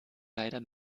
leider